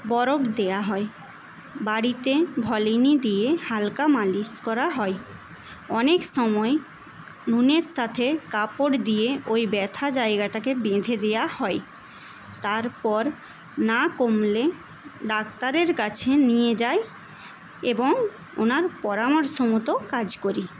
বরফ দেওয়া হয় বাড়িতে ভলিনি দিয়ে হালকা মালিশ করা হয় অনেক সময় নুনের সাথে কাপড় দিয়ে ওই ব্যথা জায়গাটাকে বেঁধে দেওয়া হয় তারপর না কমলে ডাক্তারের কাছে নিয়ে যায় এবং ওনার পরামর্শ মতো কাজ করি